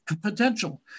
potential